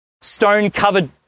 stone-covered